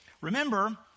Remember